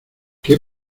que